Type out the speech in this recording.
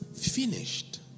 finished